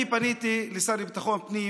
אני פניתי לשר לביטחון פנים.